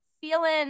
feeling